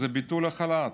היא ביטול החל"ת.